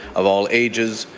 of all ages,